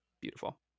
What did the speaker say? beautiful